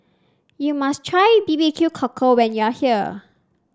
you must try B B Q Cockle when you are here